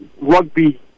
rugby